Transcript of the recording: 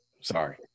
Sorry